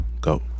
go